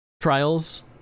trials